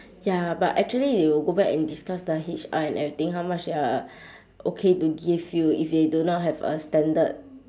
ya but actually they will go back and discuss the H_R and everything how much they're okay to give you if they do not have a standard